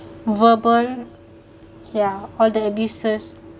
verbal ya all the abuses